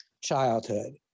childhood